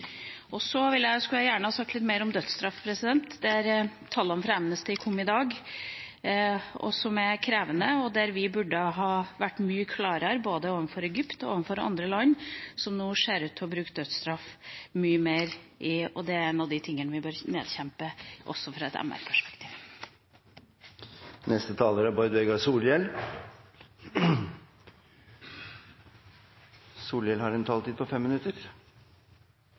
Jeg skulle også gjerne ha sagt litt mer om dødsstraff, der tallene fra Amnesty kom i dag. Det er krevende, og der burde vi ha vært mye klarere både overfor Egypt og overfor andre land som nå ser ut til å bruke dødsstraff mye mer. Det er en av de tingene vi bør nedkjempe, også fra et menneskerettighetsperspektiv. Mykje er